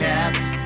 Cats